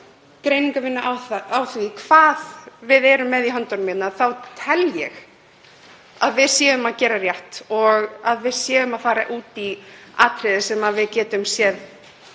greiningarvinnu á því hvað við erum með í höndunum núna þá tel ég að við séum að gera rétt og að við séum að fara út í atriði sem við getum séð